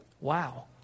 Wow